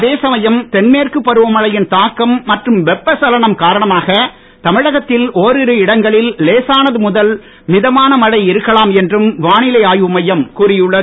அதே சமயம் தென்மேற்கு பருவமழையின் தாக்கம் மற்றும் வெப்பச் சலனம் காரணமாக தமிழகத்தில் ஓரிரு இடங்களில் லேசானது முதல் மிதமான மழை இருக்கலாம் என்றும் வானிலை ஆய்வு மையம் கூறி உள்ளது